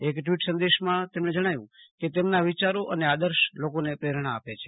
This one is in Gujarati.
એક ટવીટ સંદેશામાં તેમણે જણાવ્યું કે તેમના વિચારો અને આદર્શ લોકોને પ્રેરણા આપે છે